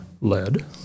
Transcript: lead